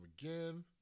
again